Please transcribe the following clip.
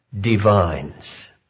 divines